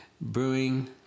Brewing